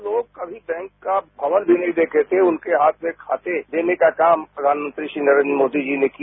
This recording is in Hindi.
जो लोग अमी बैंक का भवन भी नहीं देंखे थे उनके हाथ में खाते देने का काम प्रधानमंत्री श्री नरेन्द्र मोदी ने किया